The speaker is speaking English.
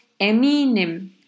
eminim